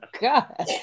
God